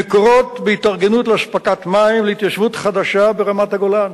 "מקורות" בהתארגנות לאספקת מים להתיישבות חדשה ברמת-הגולן.